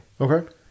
okay